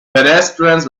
pedestrians